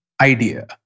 idea